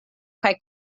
kaj